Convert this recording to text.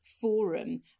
forum